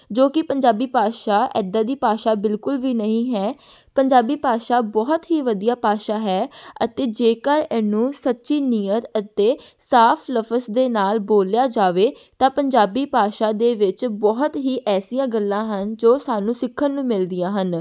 ਜੋ ਕਿ ਪੰਜਾਬੀ ਭਾਸ਼ਾ ਇੱਦਾਂ ਦੀ ਭਾਸ਼ਾ ਬਿਲਕੁਲ ਵੀ ਨਹੀਂ ਹੈ ਪੰਜਾਬੀ ਭਾਸ਼ਾ ਬਹੁਤ ਹੀ ਵਧੀਆ ਭਾਸ਼ਾ ਹੈ ਅਤੇ ਜੇਕਰ ਇਹਨੂੰ ਸੱਚੀ ਨੀਅਤ ਅਤੇ ਸਾਫ਼ ਲਫਜ਼ ਦੇ ਨਾਲ ਬੋਲਿਆ ਜਾਵੇ ਤਾਂ ਪੰਜਾਬੀ ਭਾਸ਼ਾ ਦੇ ਵਿੱਚ ਬਹੁਤ ਹੀ ਐਸੀਆਂ ਗੱਲਾਂ ਹਨ ਜੋ ਸਾਨੂੰ ਸਿੱਖਣ ਨੂੰ ਮਿਲਦੀਆਂ ਹਨ